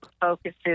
focuses